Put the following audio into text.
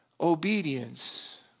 obedience